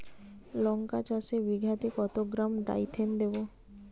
লঙ্কা চাষে বিঘাতে কত গ্রাম ডাইথেন দেবো?